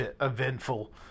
eventful